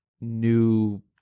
new